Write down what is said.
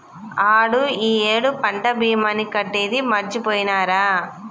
ఆడు ఈ ఏడు పంట భీమాని కట్టేది మరిచిపోయినారా